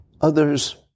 others